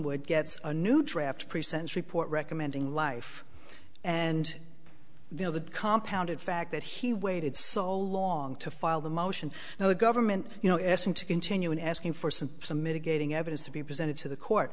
will gets a new draft pre sent report recommending life and though the compound in fact that he waited so long to file the motion now the government you know asked him to continue and asking for some some mitigating evidence to be presented to the court